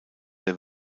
der